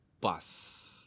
bus